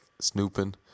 snooping